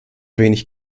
wenig